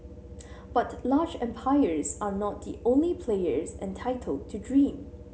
but large empires are not the only players entitled to dream